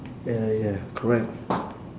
ya ya correct